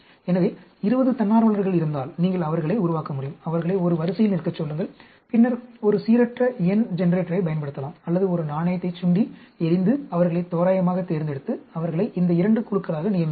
எனவே 20 தன்னார்வலர்கள் இருந்தால் நீங்கள் அவர்களை உருவாக்க முடியும் அவர்களை ஒரு வரிசையில் நிற்கச் சொல்லுங்கள் பின்னர் ஒரு சீரற்ற எண் ஜெனரேட்டரைப் பயன்படுத்தலாம் அல்லது ஒரு நாணயத்தை சுண்டி எறிந்து அவர்களைத் தோராயமாகத் தேர்ந்தெடுத்து அவர்களை இந்த இரண்டு குழுக்களாக நியமிக்கலாம்